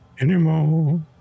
Anymore